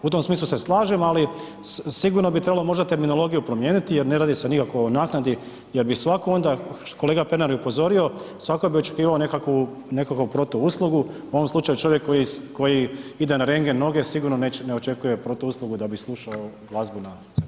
U tom smislu se slažem, ali sigurno bi trebalo možda terminologiju promijeniti jer ne radi se nikako o naknadi jer bi svatko onda, kolega Pernar je upozorio, svatko bi očekivao nekakvu protuuslugu, u ovom slučaju čovjek koji ide na rendgen noge sigurno ne očekuje protuuslugu da bi slušao glazbu na